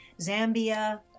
Zambia